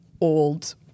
old